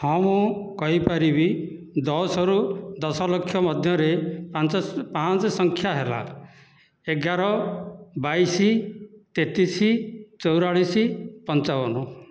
ହଁ ମୁଁ କହିପାରିବି ଦଶରୁ ଦଶଲକ୍ଷ ମଧ୍ୟରେ ପାଞ୍ଚ ପାଞ୍ଚ ସଂଖ୍ୟା ହେଲା ଏଗାର ବାଇଶ ତେତିଶ ଚୋଉଳାରିସ ପଞ୍ଚାବନ